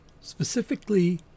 specifically